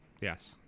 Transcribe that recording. Yes